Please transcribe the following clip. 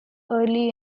early